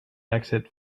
exit